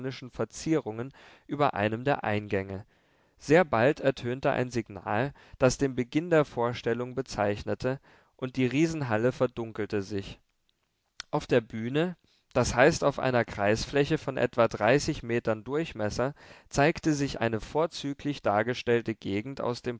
verzierungen über einem der eingänge sehr bald ertönte ein signal das den beginn der vorstellung bezeichnete und die riesenhalle verdunkelte sich auf der bühne das heißt auf einer kreisfläche von etwa dreißig metern durchmesser zeigte sich eine vorzüglich dargestellte gegend aus dem